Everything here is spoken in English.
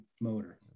motor